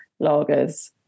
lagers